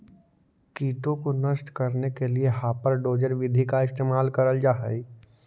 कीटों को नष्ट करने के लिए हापर डोजर विधि का इस्तेमाल करल जा हई